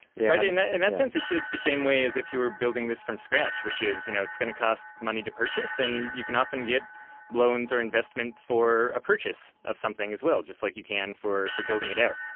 i mean that and that sense, it's it's the same way as if you were building this from scratch, which is, you know it's going to cost money to purchase and you can often get loans or investment for a purchase of something as well, just like you can for for building it out.